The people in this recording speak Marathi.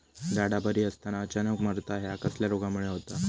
झाडा बरी असताना अचानक मरता हया कसल्या रोगामुळे होता?